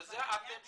אתם שומעים.